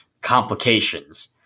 complications